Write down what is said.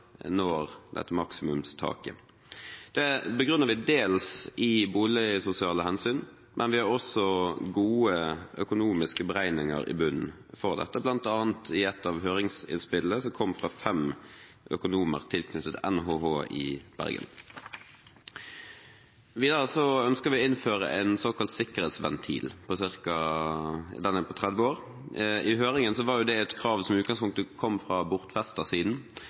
når dette maksimumstaket. Det begrunner vi dels i boligsosiale hensyn, men det ligger også gode økonomiske beregninger i bunnen for dette, bl.a. fra et av høringsinnspillene, som kom fra fem økonomer tilknyttet NHH i Bergen. Videre ønsker vi å innføre en såkalt sikkerhetsventil på 30 år. I høringen var det et krav som i utgangspunktet kom fra